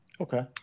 Okay